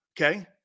okay